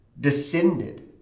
descended